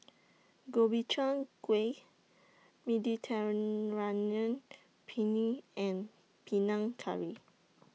Gobchang Gui Mediterranean Penne and Panang Curry